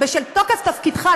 בתוקף תפקידך,